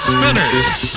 Spinners